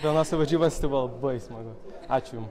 vienose varžybose tai buvo labai smagu ačiū jum